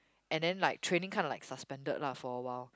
and then like training kind of like suspended lah for awhile